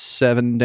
seven